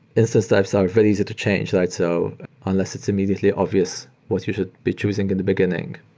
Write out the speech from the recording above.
instance types are very easy to change. like so unless it's immediately obvious what you should be choosing in the beginning,